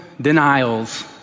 denials